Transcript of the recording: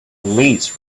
lease